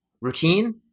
Routine